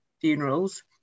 funerals